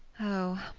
oh,